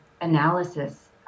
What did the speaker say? analysis